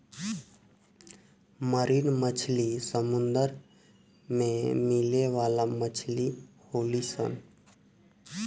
marine मछली समुंदर में मिले वाला मछली होली सन